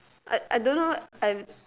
I I don't know I